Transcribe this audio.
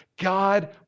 God